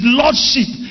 lordship